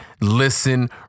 listen